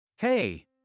hey